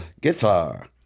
guitar